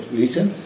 listen